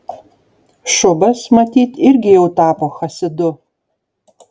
šubas matyt irgi jau tapo chasidu